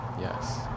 yes